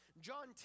John